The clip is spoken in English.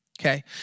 Okay